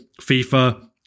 FIFA